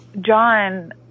John